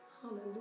Hallelujah